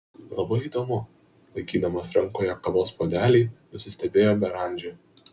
labai įdomu laikydamas rankoje kavos puodelį nusistebėjo beranžė